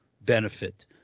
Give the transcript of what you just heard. benefit